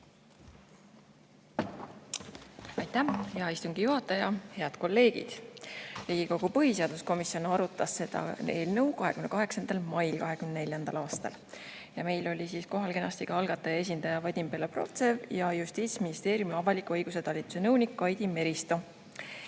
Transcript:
Aitäh, hea istungi juhataja! Head kolleegid! Riigikogu põhiseaduskomisjon arutas eelnõu 28. mail 2024. aastal. Meil oli kohal kenasti ka algataja esindaja Vadim Belobrovtsev ja Justiitsministeeriumi avaliku õiguse talituse nõunik Kaidi Meristo.